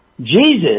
Jesus